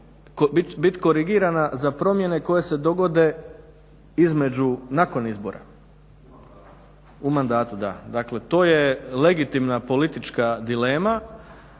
bit korigirana za promjene koje se dogode između, nakon izbora u mandatu, da. Dakle, to je legitimna politička dilema